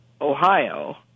Ohio